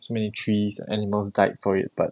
so many trees animals died for it but